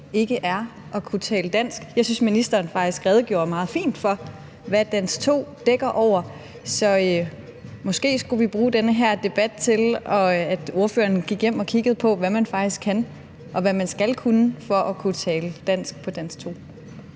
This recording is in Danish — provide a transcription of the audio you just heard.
ikke er at kunne tale dansk. Jeg synes, ministeren faktisk redegjorde meget fint for, hvad dansk 2 dækker over. Så måske skulle vi bruge den her debat til, at spørgeren gik hjem og kiggede på, hvad man faktisk kan, og hvad man skal kunne for at kunne tale dansk på dansk